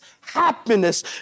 happiness